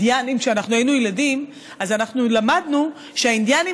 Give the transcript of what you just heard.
כשהיינו ילדים אז למדנו שהאינדיאנים